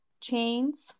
chains